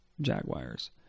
Jaguars